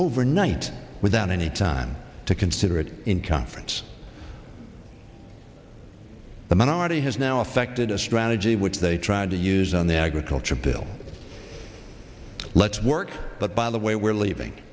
over night without any time to consider it in conference the minority has now affected a strategy which they tried to use on the agriculture bill let's work but by the way we're leaving